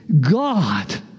God